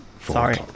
Sorry